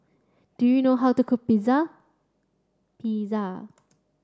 do you know how to cook Pizza